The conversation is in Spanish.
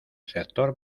sector